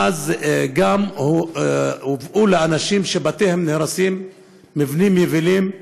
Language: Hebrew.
מאז גם הובאו לאנשים שבתיהם נהרסים מבנים יבילים,